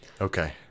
Okay